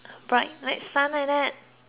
like that